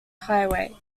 highway